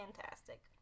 fantastic